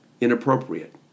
inappropriate